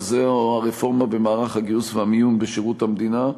והוא הרפורמה במערך הגיוס והמיון בשירות המדינה.